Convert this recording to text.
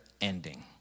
ending